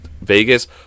vegas